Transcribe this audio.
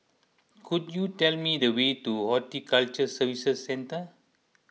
could you tell me the way to Horticulture Services Centre